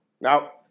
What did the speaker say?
Now